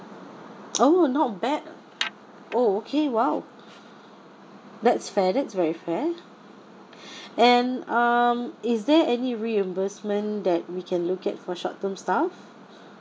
oh not bad uh oh okay !wow! that's fair that's very fair and um is there any reimbursement that we can look at for short term staff